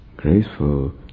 graceful